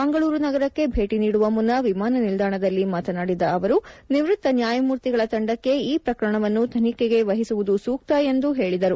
ಮಂಗಳೂರು ನಗರಕ್ಕೆ ಭೇಟಿ ನೀಡುವ ಮುನ್ನ ವಿಮಾನ ನಿಲ್ದಾಣದಲ್ಲಿ ಮಾತನಾಡಿದ ಅವರು ನಿವೃತ್ತ ನ್ಯಾಯಮೂರ್ತಿಗಳ ತಂಡಕ್ಕೆ ಈ ಪ್ರಕರಣವನ್ನು ತನಿಖೆಗೆ ವೆಹಿಸುವುದು ಸೂಕ್ತ ಎಂದು ಹೇಳಿದರು